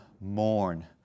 mourn